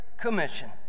commission